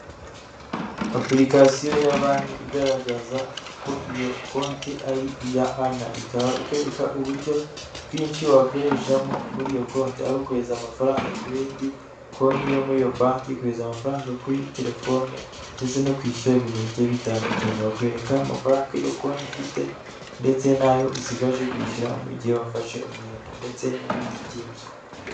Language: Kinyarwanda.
Apurikasiyo ya banki igaragaza ko iyo konti ari iya Ana. Ikaba ikwereka uburyo bwinshi wakoreshamo muri iyo konti. Ari ukoheheza amafaranga ku yindi konti yo muri iyo banki, kohereza amafaranga kuri telefone ndetse no kwishyura ibintu bigiye bitandukanye. Bakwereka amafaranga iyo konti ifite ndetse n'ayo usigaje kwishyura mu gihe wafashe umwenda ndetse n'ibindi byinshi.